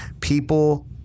People –